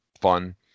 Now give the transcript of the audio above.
fun